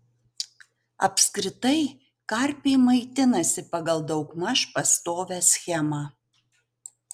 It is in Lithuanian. apskritai karpiai maitinasi pagal daugmaž pastovią schemą